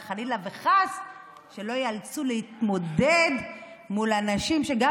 וחלילה וחס שלא ייאלצו להתמודד מול אנשים שגם